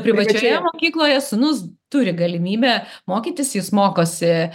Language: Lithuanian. privačioje mokykloje sūnus turi galimybę mokytis jis mokosi